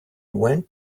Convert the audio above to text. went